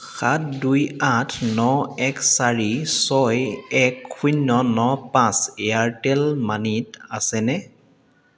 সাত দুই আঠ ন এক চাৰি ছয় এক শূন্য ন পাঁচ এয়াৰটেল মানিত আছেনে